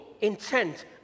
intent